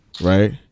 right